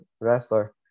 wrestler